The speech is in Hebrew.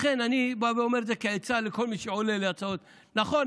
לכן אני בא ואומר את זה כעצה לכל מי שעולה להצעות: נכון,